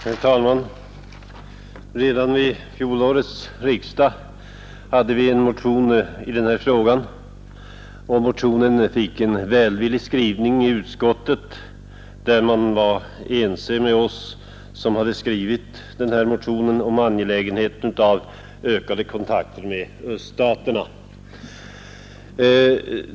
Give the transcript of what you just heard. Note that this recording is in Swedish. Herr talman! Redan vid fjolårets riksdag väckte vi en motion i den här frågan och motionen fick en välvillig skrivning i utskottet, där man var enig med oss motionärer om angelägenheten av ökade kontakter med öststaterna.